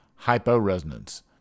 hyporesonance